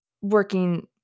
working